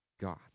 God